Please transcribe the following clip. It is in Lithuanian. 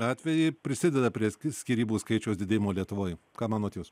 atvejį prisideda prie skyrybų skaičiaus didėjimo lietuvoj ką manote jūs